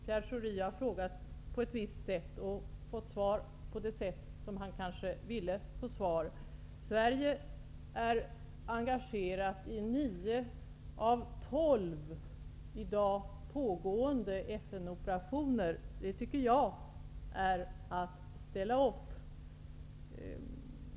Herr talman! Som man frågar får man ofta svar. Jag tycker att det låter som om Pierre Schori hade frågat på ett visst sätt och fått svar på det sätt som han velat. Sverige är engagerat i nio av tolv i dag pågående FN-operationer. Det tycker jag är att ställa upp.